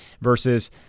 versus